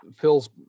Phil's